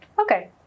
Okay